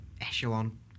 echelon